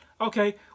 okay